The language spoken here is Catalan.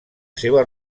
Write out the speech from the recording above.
seva